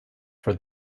for